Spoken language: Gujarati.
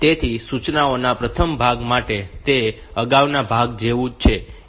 તેથી સૂચનાઓના પ્રથમ ભાગ માટે તે અગાઉના ભાગ જેવું જ છે એટલે કે તે opcode fetch છે